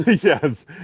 yes